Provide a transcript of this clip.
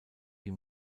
die